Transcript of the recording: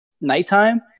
nighttime